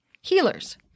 healers